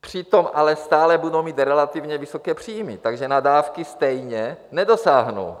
přitom ale stále budou mít relativně vysoké příjmy, takže na dávky stejně nedosáhnou.